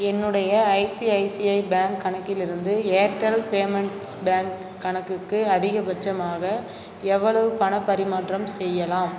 என்னுடைய ICICI bank கணக்கிலிருந்து Airtel payments bank கணக்குக்கு அதிகபட்சமாக எவ்வளவு பணப் பரிமாற்றம் செய்யலாம்